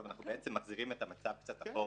ואנחנו בעצם מחזירים את המצב קצת אחורה.